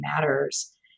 matters